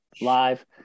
live